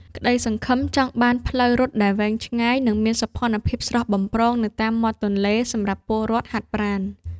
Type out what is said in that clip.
ក្ដីសង្ឃឹមចង់បានផ្លូវរត់ដែលវែងឆ្ងាយ និងមានសោភ័ណភាពស្រស់បំព្រងនៅតាមមាត់ទន្លេ សម្រាប់ពលរដ្ឋហាត់ប្រាណ។